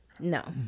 no